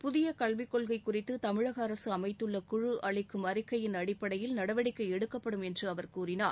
புதிய கல்விக் கொள்கை குறித்து தமிழக அரசு அமைத்துள்ள குழு அளிக்கும் அறிக்கையின் அடிப்படையில் நடவடிக்கை எடுக்கப்படும் என்று அவர் கூறினார்